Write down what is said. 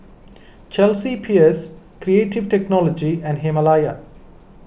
Chelsea Peers Creative Technology and Himalaya